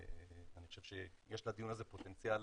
ואני חושב שיש לדיון הזה פוטנציאל